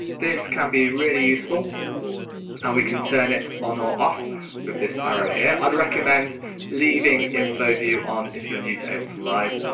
this can be really useful and we can turn it on or off with this arrow here. i'd recommend leaving info view on if you're new to ableton live.